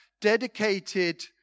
dedicated